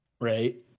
right